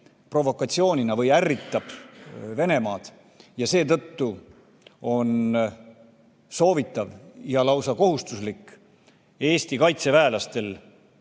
provokatsioonina või ärritab Venemaad ja seetõttu on soovitatav ja lausa kohustuslik Eesti kaitseväelastel